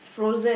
frozen